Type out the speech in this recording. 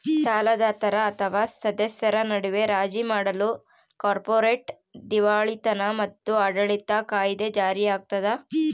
ಸಾಲದಾತರ ಅಥವಾ ಸದಸ್ಯರ ನಡುವೆ ರಾಜಿ ಮಾಡಲು ಕಾರ್ಪೊರೇಟ್ ದಿವಾಳಿತನ ಮತ್ತು ಆಡಳಿತ ಕಾಯಿದೆ ಜಾರಿಯಾಗ್ತದ